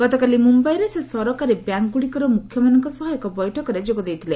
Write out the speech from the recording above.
ଗତକାଲି ମୁମ୍ଭାଇରେ ସେ ସରକାରୀ ବ୍ୟାଙ୍କଗୁଡ଼ିକର ମୁଖ୍ୟମାନଙ୍କ ସହ ଏକ ବୈଠକରେ ଯୋଗ ଦେଇଥିଲେ